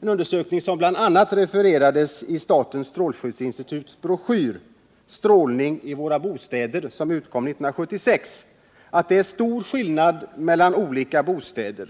som det bl.a. refererats till i statens strålskyddsinstituts broschyr Strålning i våra bostäder, som utkom 1976, att det är stor skillnad mellan olika bostäder.